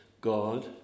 God